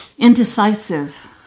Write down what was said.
indecisive